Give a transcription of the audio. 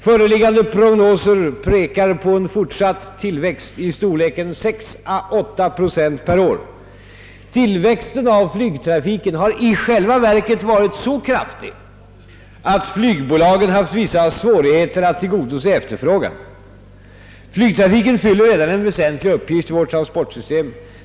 Föreliggande prognoser pekar på en fortsatt tillväxt i storleken 6—58 procent per år. Tillväxten av flygtrafiken har i själva verket varit så kraftig, att flygbolagen haft vissa svårigheter att tillgodose efterfrågan. Flygtrafiken fyl ler redan en väsentlig uppgift i vårt transportsystem.